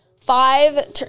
five